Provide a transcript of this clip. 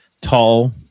tall